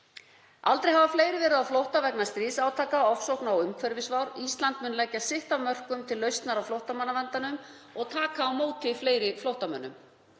„Aldrei hafa fleiri verið á flótta vegna stríðsátaka, ofsókna og umhverfisvár. Ísland mun leggja sitt af mörkum til lausnar á flóttamannavandanum og taka á móti fleiri flóttamönnum.